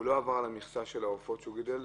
הוא לא עבר על המכסה של העופות שהוא גידל,